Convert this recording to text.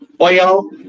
oil